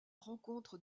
rencontre